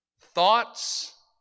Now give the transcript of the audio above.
thoughts